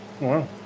Wow